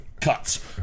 cuts